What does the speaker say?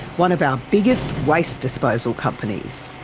one of our biggest waste disposal companies.